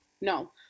no